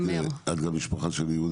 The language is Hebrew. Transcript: את גם משפחה של יהודה?